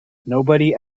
nobody